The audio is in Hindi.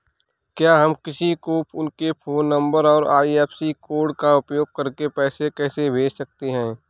क्या हम किसी को उनके फोन नंबर और आई.एफ.एस.सी कोड का उपयोग करके पैसे कैसे भेज सकते हैं?